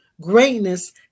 Greatness